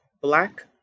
Black